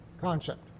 concept